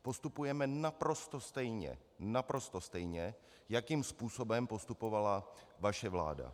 Postupujeme naprosto stejně, naprosto stejně, jakým způsobem postupovala vaše vláda.